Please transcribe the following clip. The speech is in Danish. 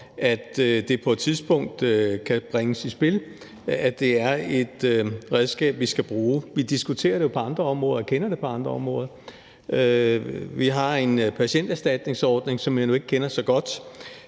at det på et tidspunkt kan bringes i spil – at det er et redskab, vi skal bruge. Vi diskuterer det jo på andre områder og kender det fra andre områder. Vi har en patienterstatningsordning, som jeg ikke kender så godt.